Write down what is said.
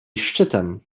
szczytem